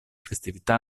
festività